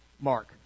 mark